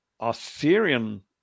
Arthurian